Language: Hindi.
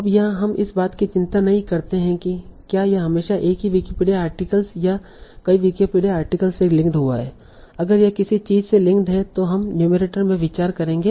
अब यहाँ हम इस बात की चिंता नहीं करते हैं कि क्या यह हमेशा एक ही विकिपीडिया आर्टिकल या कई विकिपीडिया आर्टिकल्स से लिंक्ड हुआ है अगर यह किसी चीज़ से लिंक्ड है तो हम नुमेरटर में विचार करेंगे